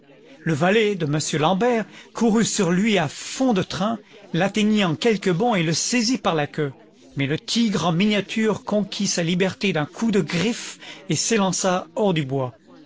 le valet de m l'ambert courut sur lui à fond de train l'atteignit en quelques bonds et le saisit parla queue mais le tigre en miniature conquit sa liberté d'un coup de griffe et s'élança hors du bois